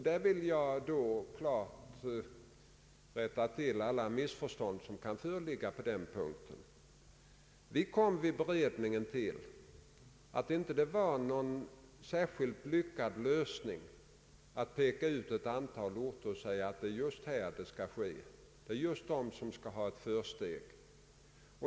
Jag vill då klart rätta till alla missförstånd som kan föreligga på den punkten. Vi kom vid beredningen fram till att det inte var någon särskilt lyckad lösning att nu peka ut ett antal orter och säga att det är just de som skall ha ett försteg.